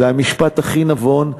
זה המשפט הכי נבון,